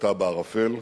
לוטה בערפל,